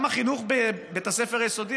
גם החינוך בבית הספר היסודי,